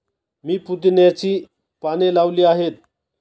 मी पुदिन्याची पाने लावली आहेत